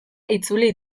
itzuli